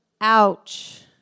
Ouch